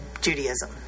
Judaism